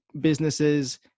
businesses –